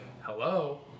hello